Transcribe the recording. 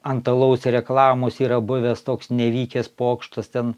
ant alaus reklamos yra buvęs toks nevykęs pokštas ten